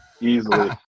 Easily